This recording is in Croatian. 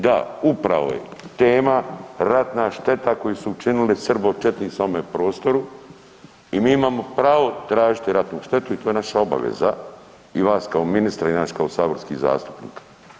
Da, upravo je tema ratna šteta koju su učinili srbo-četnici ovome prostoru i mi imamo pravo tražiti ratnu štetu i to je naša obaveza i vas kao ministra i nas kao saborskih zastupnika.